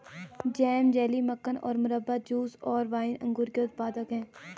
jam, jelly, मक्खन और मुरब्बा, जूस और वाइन अंगूर के उत्पाद हैं